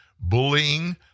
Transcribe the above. bullying